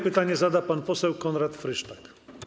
Pytanie zada pan poseł Konrad Frysztak.